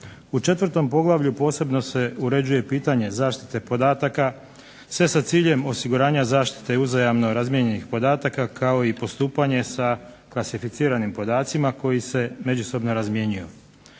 U četvrtom poglavlju posebno se uređuje pitanje zaštite podataka, sve sa ciljem osiguranja zaštite i uzajamno razmijenjenih podataka kao i postupanje sa klasificiranim podacima, koji se međusobno razmjenjuju.